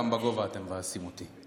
גם בגובה אתם מבאסים אותי.